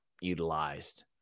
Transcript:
utilized